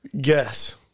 Guess